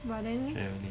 but then